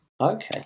Okay